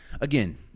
Again